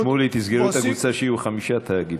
שמולי, תסגרו את הקבוצה כשיהיו חמישה תאגידים.